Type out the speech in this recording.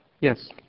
Yes